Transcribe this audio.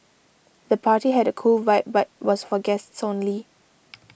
the party had a cool vibe but was for guests only